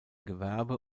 gewerbe